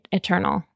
eternal